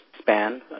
span